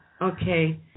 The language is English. Okay